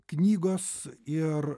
knygos ir